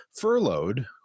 furloughed